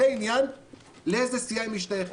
זה העניין של לאיזה סיעה היא משתייכת.